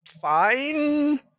fine